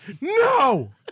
No